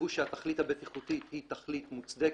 קבעו שהתכלית הבטיחותית היא תכלית מוצדקת,